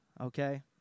Okay